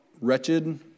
wretched